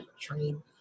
train